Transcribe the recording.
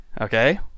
Okay